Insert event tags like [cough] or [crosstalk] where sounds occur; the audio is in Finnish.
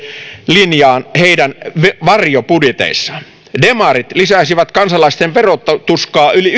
linjaan heidän varjobudjeteissaan demarit lisäisivät kansalaisten verotuskaa yli [unintelligible]